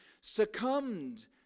succumbed